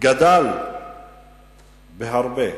גדל בהרבה,